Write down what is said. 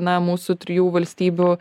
na mūsų trijų valstybių